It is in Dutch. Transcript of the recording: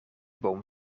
boom